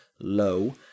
low